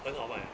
很好卖 ah